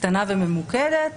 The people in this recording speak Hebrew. קטנה וממוקדת